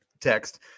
text